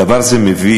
דבר זה מביא,